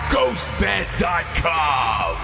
GhostBed.com